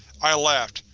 i laughed.